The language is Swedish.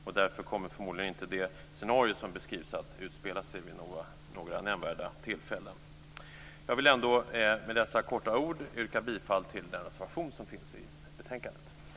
Och därför kommer förmodligen inte det scenario som beskrivs att utspela sig vid några nämnvärda tillfällen. Jag vill ändå med detta korta anförande yrka bifall till den reservation som finns i betänkandet.